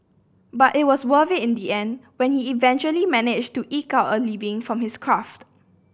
but it was worth it in the end when he eventually managed to eke out a living from his craft